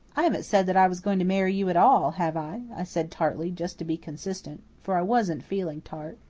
i haven't said that i was going to marry you at all, have i? i said tartly, just to be consistent. for i wasn't feeling tart.